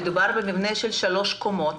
מדובר במבנה של שלוש קומות